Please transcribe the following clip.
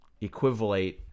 equivalent